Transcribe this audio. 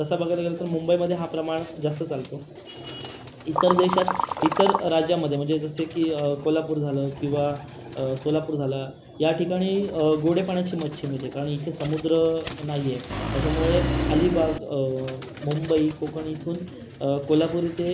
तसा बघायला गेला तर मुंबईमध्ये हा प्रमाण जास्त चालतो इतर देशात इतर राज्यामध्ये म्हणजे जसे की कोल्हापूर झालं किंवा सोलापूर झाला या ठिकाणी गोड्या पाण्याची मच्छी मिळते कारण इथे समुद्र नाही आहे त्याच्यामुळे अलिबाग मुंबई कोकण इथून कोल्हापूर इथे